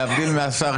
להבדיל מהשר,